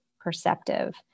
perceptive